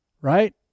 Right